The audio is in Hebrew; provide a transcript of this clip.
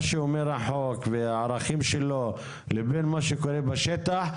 שאומר החוק והערכים שלו לבין מה שקורה בשטח.